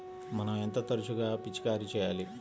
మనం ఎంత తరచుగా పిచికారీ చేయాలి?